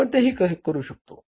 आपण ते कसे करू शकतो